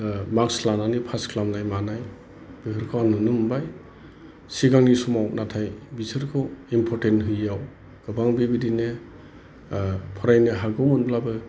marks लानानै pass खालामनाय मानाय बेफोरखौ आं नुनो मोनबाय सिगांनि समाव नाथाय बिसोरखौ इम्परटेन्ट होयियाव गोबां बिबादिनो फरायनो हागौमोनब्लाबो